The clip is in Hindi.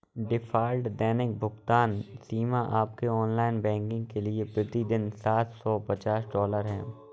डिफ़ॉल्ट दैनिक भुगतान सीमा आपके ऑनलाइन बैंकिंग के लिए प्रति दिन सात सौ पचास डॉलर है